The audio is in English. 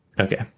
Okay